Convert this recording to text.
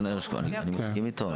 אני מסכים איתו.